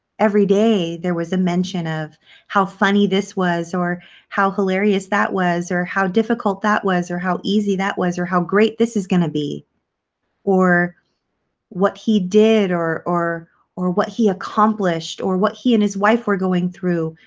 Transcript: every day, there was a mention of how funny this was or how hilarious that was or how difficult that was or how easy that was or how great this is going to be or what he did or or what he accomplished or what he and his wife were going through.